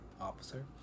officer